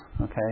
okay